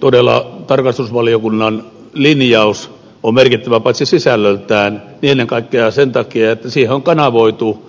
todella tarkastusvaliokunnan linjaus on merkittävä paitsi sisällöltään niin ennen kaikkea sen takia että siihen on kyllä kanavoitu